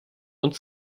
und